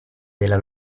della